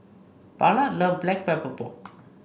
Ballard love Black Pepper Pork